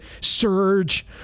surge